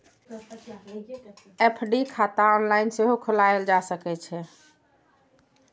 FD खाता online सेहो खोलाएल जा सकै छै